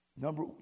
Number